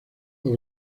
los